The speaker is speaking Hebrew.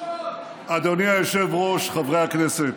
אדוני היושב-ראש, חברי הכנסת,